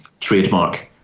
Trademark